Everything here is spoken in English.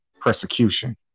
persecution